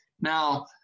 Now